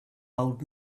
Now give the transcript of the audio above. old